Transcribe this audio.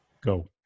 Go